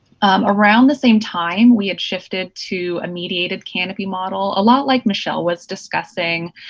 around the same time, we had shifted to a mediated canopy model, a lot like michelle was discussing,